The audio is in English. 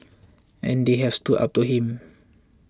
and they have stood up to him